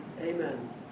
Amen